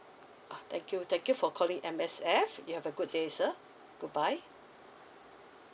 ah thank you thank you for calling M_S_F you have a good day sir good bye